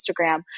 Instagram